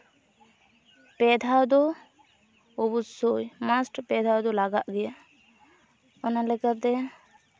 ᱯᱮ ᱫᱷᱟᱣ ᱫᱚ ᱚᱵᱳᱥᱥᱳᱭ ᱢᱟᱥᱴ ᱯᱮ ᱫᱷᱟᱣ ᱫᱚ ᱞᱟᱜᱟᱜ ᱜᱮᱭᱟ ᱚᱱᱟ ᱞᱮᱠᱟᱛᱮ